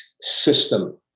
system